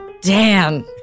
Dan